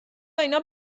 اینها